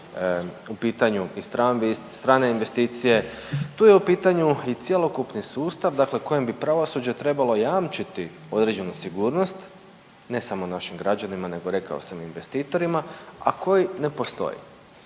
u pitanju i strane investicije, tu je u pitanju i cjelokupni sustav kojem bi pravosuđe trebalo jamčiti određenu sigurnost, ne samo našim građanima nego rekao sam investitorima, a koji ne postoji.